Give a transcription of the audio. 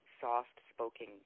soft-spoken